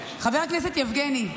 חבר הכנסת יבגני,